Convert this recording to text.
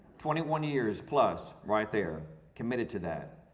twenty one years plus right there committed to that.